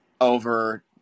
over